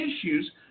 issues